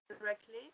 directly